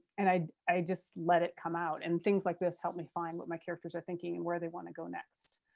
and i just let it come out and things like this help me find what my characters are thinking and where they want to go next.